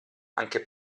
anche